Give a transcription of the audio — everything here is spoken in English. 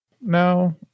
no